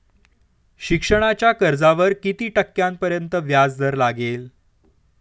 शिक्षणाच्या कर्जावर किती टक्क्यांपर्यंत व्याजदर लागेल?